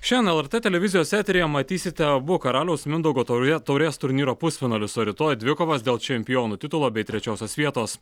šiandien lrt televizijos eteryje matysite abu karaliaus mindaugo taurė taurės turnyro pusfinalius o rytoj dvikovas dėl čempionų titulo bei trečiosios vietos